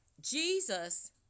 Jesus